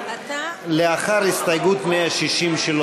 קבוצת סיעת המחנה הציוני וקבוצת סיעת הרשימה המשותפת לאחרי סעיף 151 לא